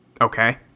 Okay